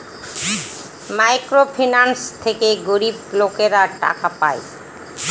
micro finance থেকে গরিব লোকেরা টাকা পায়